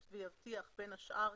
שלישי,